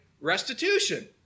restitution